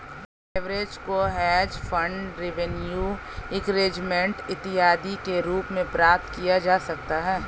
leverage को hedge fund revenue increment इत्यादि के रूप में प्राप्त किया जा सकता है